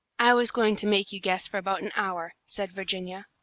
i was going to make you guess for about an hour, said virginia,